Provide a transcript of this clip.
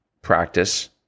practice